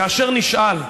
כאשר נשאל,